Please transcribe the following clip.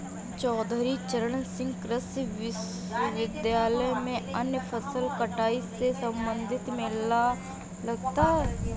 चौधरी चरण सिंह कृषि विश्वविद्यालय में अन्य फसल कटाई से संबंधित मेला लगता है